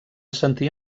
sentir